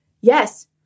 yes